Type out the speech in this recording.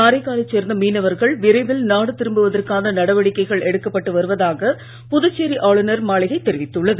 காரைக்காலைச் சேர்ந்த மீனவர்கள் விரைவில் நாடு திரும்புவதற்கான நடவடிக்கைகள் எடுக்கப்பட்டு வருவதாக புதுச்சோி ஆளுநர் மாளிகை தெரிவித்துள்ளது